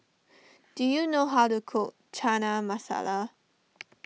do you know how to cook Chana Masala